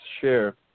share